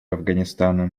афганистана